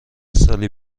سالی